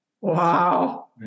Wow